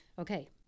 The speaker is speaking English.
okay